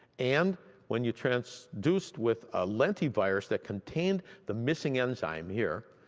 and when you transduced with ah lentivirus that contained the missing enzyme here,